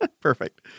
Perfect